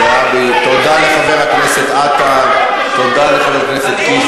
תודה לחברת הכנסת זועבי, תודה לחבר הכנסת עטר.